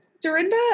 Dorinda